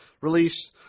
release